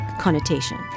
connotation